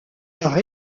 par